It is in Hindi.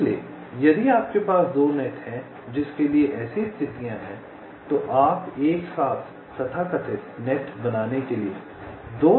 इसलिए यदि आपके पास 2 नेट हैं जिसके लिए ऐसी स्थितियाँ हैं तो आप एक साथ तथाकथित नेट बनाने के लिए 2 नेट को एक साथ मिला सकते हैं